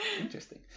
interesting